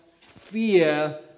fear